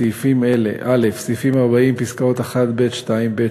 סעיפים אלה: סעיפים 40 פסקאות (1)(ב), (2)(ב),